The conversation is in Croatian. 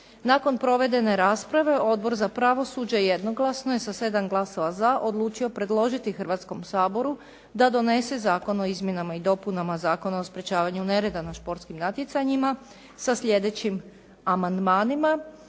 Nakon provedene rasprave, Odbor za pravosuđe jednoglasno je, sa 7 glasova za odlučio predložiti Hrvatskom saboru da donese Zakon o izmjenama i dopunama Zakona o sprječavanju nereda na športskim natjecanjima sa sljedećim amandmanima.